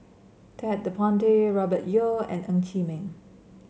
Ted De Ponti Robert Yeo and Ng Chee Meng